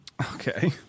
Okay